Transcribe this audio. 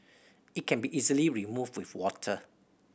it can be easily removed with water